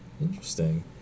Interesting